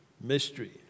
Mystery